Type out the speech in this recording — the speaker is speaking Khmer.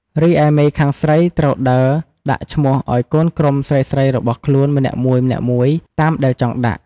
រីឯមេខាងស្រីត្រូវដើរដាក់ឈ្មោះឲ្យកូនក្រុមស្រីៗរបស់ខ្លួនម្នាក់មួយៗតាមដែលចង់ដាក់។